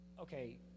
Okay